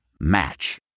Match